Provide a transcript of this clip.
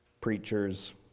preachers